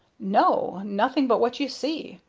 no. nothing but what you see.